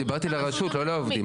דיברתי על הרשות, לא על העובדים.